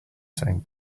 same